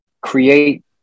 create